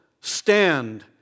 stand